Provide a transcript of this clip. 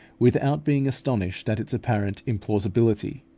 without being astonished at its apparent implausibility.